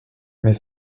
mais